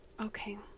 okay